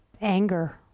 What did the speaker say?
anger